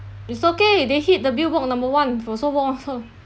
it's okay they hit the billboard number one for so long also